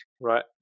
Right